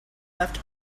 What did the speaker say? left